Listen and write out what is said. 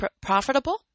profitable